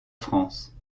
france